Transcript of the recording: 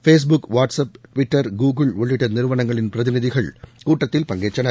base book WhatsApp Twitter Google உள்ளிட்ட நிறுவனங்களின் பிரதிநிதிகள் கூட்டத்தில் பங்கேற்றனர்